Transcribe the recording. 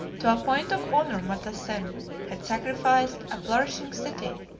to a point of honor motassem had sacrificed a flourishing city,